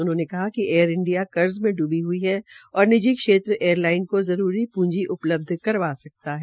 उन्होंने कहा कि एयर इंडिया कर्ज में डूबी ह्ई है और निजी क्षेत्र एयर लाइन को जरूरी पूंजी उपलब्ध करवा सकता है